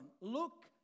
Look